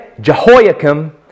Jehoiakim